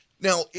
now